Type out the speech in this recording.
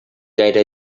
gaire